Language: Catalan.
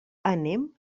anem